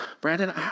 Brandon